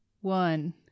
one